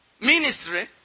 ministry